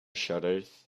shutters